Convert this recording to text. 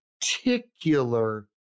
particular